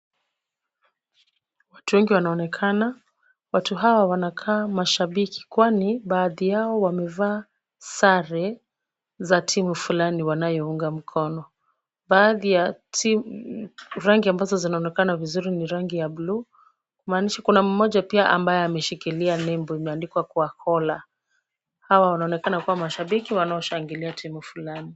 Watu wengi wanaonekana. Watu hawa wanakaa mashabiki, kwani baadhi yao wamevaa sare za timu fulani wanayounga mkono. Baadhi ya timu. Rangi ambazo zinaonekana vizuri ni rangi ya bluu. Kumaanisha kuna mmoja pia ambaye ameshikilia nembo, imeandikwa kwa kola . Hawa wanaonekana kuwa mashabiki, wanaoshangilia timu fulani.